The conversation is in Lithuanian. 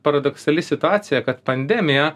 paradoksali situacija kad pandemija